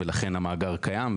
ולכן המאגר קיים,